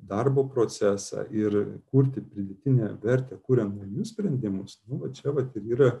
darbo procesą ir kurti pridėtinę vertę kuriant naujus sprendimus nu va čia vat ir yra